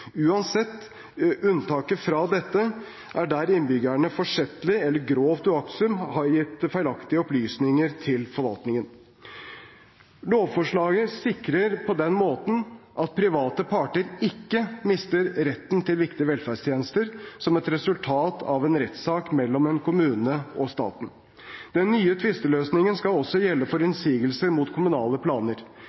fra dette er der innbyggeren forsettlig eller grovt uaktsomt har gitt feilaktige opplysninger til forvaltningen. Lovforslaget sikrer på den måten at private parter ikke mister retten til viktige velferdstjenester som et resultat av en rettssak mellom en kommune og staten. Den nye tvisteløsningen skal også gjelde for innsigelser mot kommunale planer.